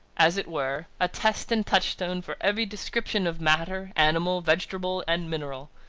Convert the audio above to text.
as it were, a test and touchstone for every description of matter, animal, vegetable, and mineral.